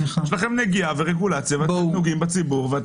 יש לכם נגיעה ורגולציה ואתם נוגעים בציבור.